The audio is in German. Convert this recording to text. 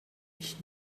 ich